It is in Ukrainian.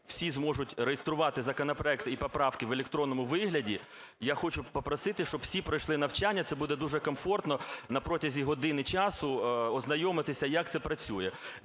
всі зможуть реєструвати законопроекти і поправки в електронному вигляді, я хочу попросити, щоб всі пройшли навчання. Це буде дуже комфортно, на протязі години часу ознайомитися, як це працює.